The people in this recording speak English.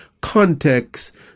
Context